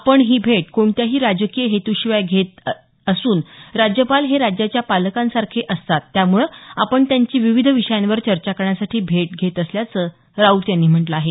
आपण ही भेट कोणत्याही राजकीय हेतूशिवाय घेत असून राज्यपाल हे राज्याच्या पालकांसारखे असतात त्यामुळे आपण त्यांची विविध विषयांवर चर्चा करण्यासाठी भेट घेत असल्याचं राऊत यांनी म्हटलं आहे